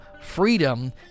freedom